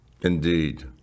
Indeed